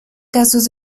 casos